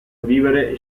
vivere